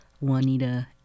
Juanita